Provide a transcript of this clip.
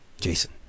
Jason